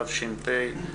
תש"ף.